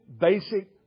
basic